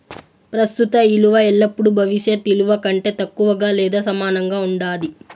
ప్రస్తుత ఇలువ ఎల్లపుడూ భవిష్యత్ ఇలువ కంటే తక్కువగా లేదా సమానంగా ఉండాది